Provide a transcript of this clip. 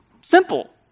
Simple